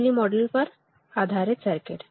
mealy model पर आधारित circuit